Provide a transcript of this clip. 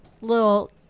little